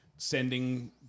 Sending